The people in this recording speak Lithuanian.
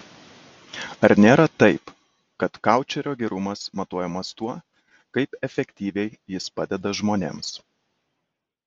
ar nėra taip kad koučerio gerumas matuojamas tuo kaip efektyviai jis padeda žmonėms